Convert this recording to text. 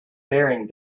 bearing